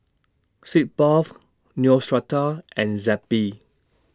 Sitz Bath Neostrata and Zappy